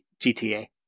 GTA